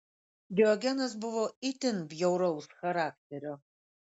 diogenas buvo itin bjauraus charakterio